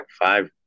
five